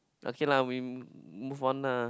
okay lah we move on lah